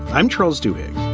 i'm charles doing